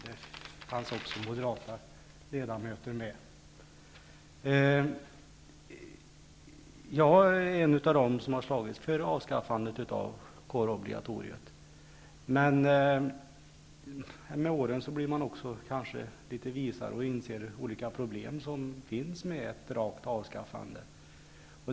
Det fanns också moderata ledamöter med vid det tillfället. Jag är en av dem som har slagits för avskaffandet av kårobligatoriet, men med åren blir man kanske också litet visare och inser vilka olika problem som finns med ett rakt avskaffande.